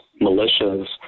militias